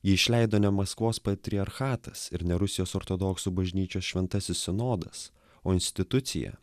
jį išleido ne maskvos patriarchatas ir ne rusijos ortodoksų bažnyčios šventasis sinodas o institucija